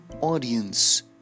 audience